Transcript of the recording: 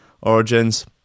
Origins